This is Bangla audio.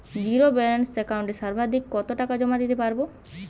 জীরো ব্যালান্স একাউন্টে সর্বাধিক কত টাকা জমা দিতে পারব?